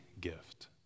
gift